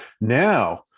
Now